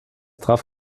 traf